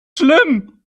schlimm